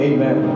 Amen